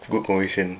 good cohesion